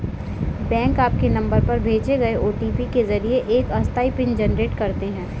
bank आपके number पर भेजे गए ओ.टी.पी के जरिए एक अस्थायी पिन जनरेट करते हैं